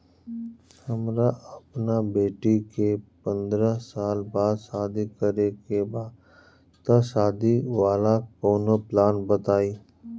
हमरा अपना बेटी के पंद्रह साल बाद शादी करे के बा त शादी वाला कऊनो प्लान बताई?